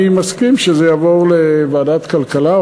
אני מסכים שהנושא יעבור לוועדת הכלכלה,